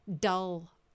dull